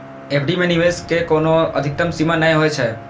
FD मे निवेश के कोनो अधिकतम सीमा नै होइ छै